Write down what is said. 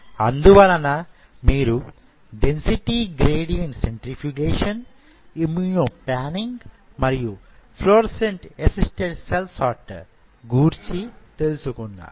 అందువలన మీరు density gradient centrifugation immuno panning మరియు ఫ్లోరోసెంట్ అసిస్తడ్ సెల్ సార్టర్ గూర్చి తెలుసుకున్నారు